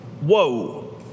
whoa